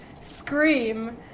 scream